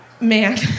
man